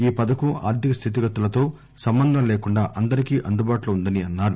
ఈ పథకం ఆర్థిక స్థితిగతులతో సంబంధం లేకుండా అందరికీ అందుబాటులో ఉందన్నారు